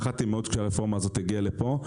אני פחדתי מאוד שהרפורמה הזאת תגיע לפה,